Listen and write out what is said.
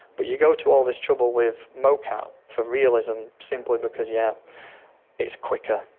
but you know to all this trouble with mo-cap for realism simply because yeah it's quicker,